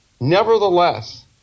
Nevertheless